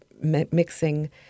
mixing